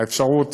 האפשרות